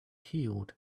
healed